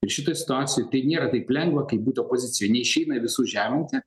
ir šitoj situacijoj tai nėra taip lengva kaip būti opozicijoj neišeina visų žeminti